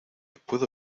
puedo